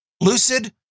Lucid